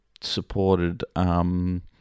supported